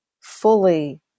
fully